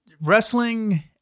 wrestling